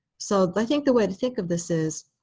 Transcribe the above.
so i think the way to think of this is,